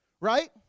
right